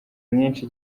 myinshi